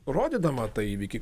rodydama tą įvykį